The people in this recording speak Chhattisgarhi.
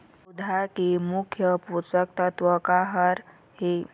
पौधा के मुख्य पोषकतत्व का हर हे?